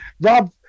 Rob